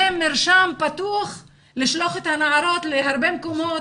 זה מרשם בטוח לשלוח את הנערות להרבה מקומות